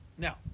Now